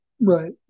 Right